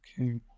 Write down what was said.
Okay